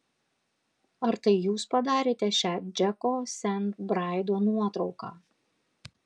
ar tai jūs padarėte šią džeko sent braido nuotrauką